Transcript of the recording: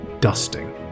dusting